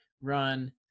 run